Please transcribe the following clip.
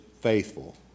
faithful